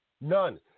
None